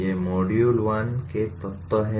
ये मॉड्यूल 1 के तत्व हैं